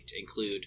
include